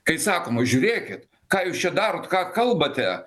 kai sakoma žiūrėkit ką jūs čia darot ką kalbate